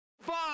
Fuck